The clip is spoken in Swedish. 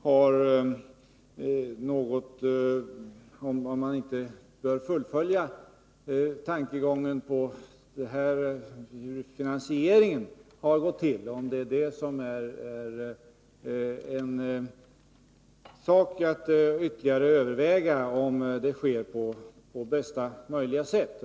Han ifrågasätter dock om man inte bör ytterligare överväga om finansieringen sker på bästa möjliga sätt.